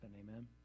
amen